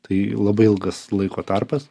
tai labai ilgas laiko tarpas